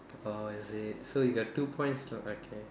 oh is it so you got two points lah okay